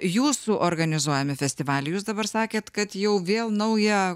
jūsų organizuojami festivaliai jūs dabar sakėt kad jau vėl naują